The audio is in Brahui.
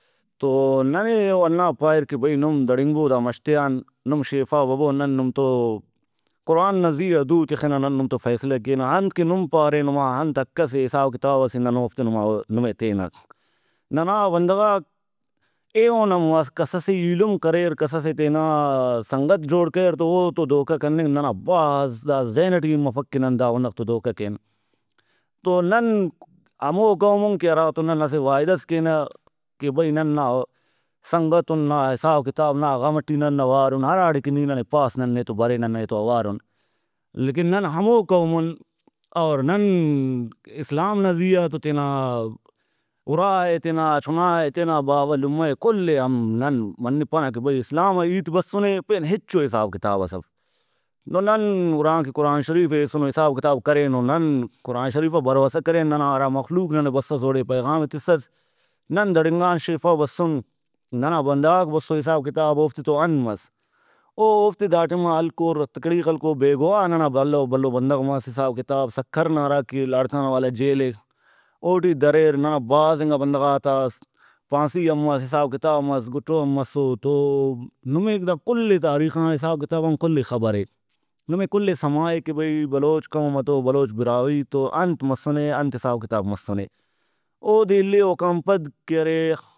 تو ننے او ہندا پاریر کہ بھئی نم دڑنگبو دا مش تیان نم شیفا ببو نن نم تو قرآن نا زیہا دُو تخنہ نن نم تو فیصلہ کینہ انت کہ نم پارے نما انت حق سے حساب کتاب سے نن اوفتے نما نمے تینہ۔ ننا بندغاک ایہن ہم کسسے ایلم کریر کسسے تینا سنگت جوڑ کریر تو او تو دھوکہ کننگ ننا بھاز دا ذہن ٹی ہم مفک کہ دا بندغ تو دھوکہ کین۔ تو نن ہمو قومُن کہ ہراتو نن اسہ وعدہ ئس کینہ کہ بھئی نن نا سنگتُن نا حساب کتاب نا غم ٹی نن اوارُن ہراڑے کہ نی ننے پاس نن نے تو برینہ نے تو اوارُن۔ لیکن نن ہمو قومُن اور نن اسلام نا زیہا تو تینا اُرائے تینا چُھنائے تینا باوہ لمہ ئے کل ئے ہم نن منپنہ کہ بھئی اسلام آ ہیت بسُنے پین ہچو حساب کتابس اف۔ تو نن ہُران کہ قرآن شریف ئے ہیسُنو حساب کتاب کرینو نن قرآن شریف آ بھروسہ کرین ننا ہرا مخلوق ننے بسس اوڑے پیغامے تسس نن دھڑنگان شیفا بسُن ننا بندغاک بسو حساب کتاب اوفتے تو انت مس۔ او اوفتے دا ٹائما ہلکر ہتھکڑی خلکر بے گواہ ننا بھلو بھلو بندغ مس حساب کتاب سکھر نا ہراکہ لاڑکانہ والا جیل اے اوٹی دریر ننا بھازنگا بندغاتا پھانسی ہم مس حساب کتاب مس گُٹو ہم مسو تو نمے دا کلے تاریخ نا حساب کتابان کُلے خبرے نمے کلے سمائے کہ بھئی بلوچ قوم تو بلوچ براہوئی تو انت مسنے انت حساب کتاب مسنے اودے اِلے اوکان پد کہ ارے